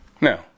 Now